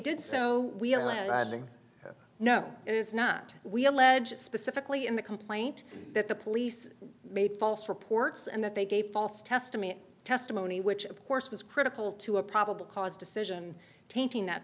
me know it is not we allege specifically in the complaint that the police made false reports and that they gave false testimony testimony which of course was critical to a probable cause decision tainting that